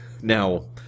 Now